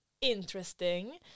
interesting